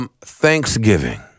Thanksgiving